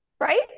right